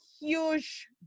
huge